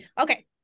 Okay